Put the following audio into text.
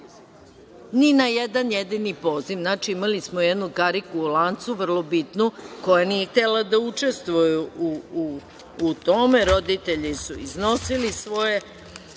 ni na jedan jedini poziv. Znači, imali smo jednu kariku u lancu vrlo bitnu koja nije htela da učestvuje u tome. Roditelji su iznosili svoje